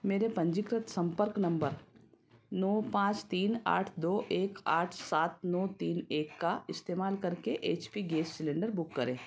मेरे पंजीकृत संपर्क नम्बर नौ पाँच तीन आठ दो एक आठ सात नौ तीन एक का इस्तेमाल करके HP gas cylinder book करें